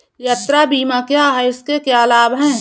यात्रा बीमा क्या है इसके क्या लाभ हैं?